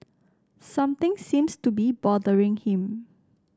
something seems to be bothering him